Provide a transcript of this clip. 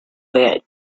bit